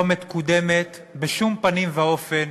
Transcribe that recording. לא מקודמת בשום פנים ואופן